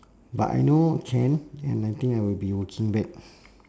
but I know can and I think I will be working back